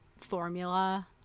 formula